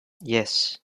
yes